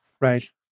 Right